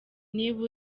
niba